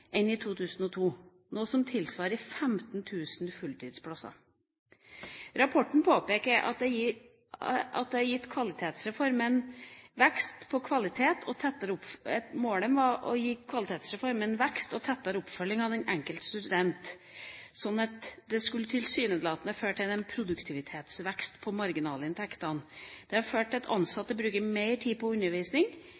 enn i 2002, noe som tilsvarer 15 000 fulltidsplasser. Rapporten påpeker at gitt Kvalitetsreformens vekt på kvalitet og tettere oppfølging av hver enkelt student har en slik tilsynelatende produktivitetsvekst på marginalinntektene ført til at